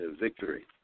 victory